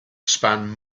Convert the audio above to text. span